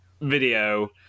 video